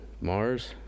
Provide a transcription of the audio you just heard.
Mars